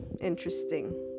interesting